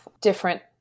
different